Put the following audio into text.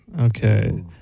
Okay